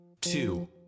two